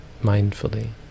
mindfully